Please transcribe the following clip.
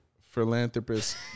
philanthropist